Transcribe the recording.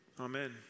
Amen